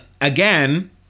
again